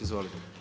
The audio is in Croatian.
Izvolite.